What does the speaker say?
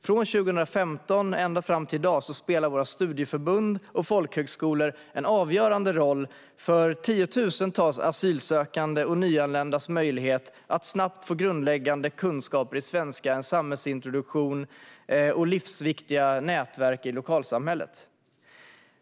Från 2015 och ända fram till i dag spelar studieförbund och folkhögskolor en avgörande roll för tiotusentals asylsökandes och nyanländas möjlighet att snabbt få grundläggande kunskaper i svenska, en samhällsintroduktion och livsviktiga nätverk i lokalsamhället.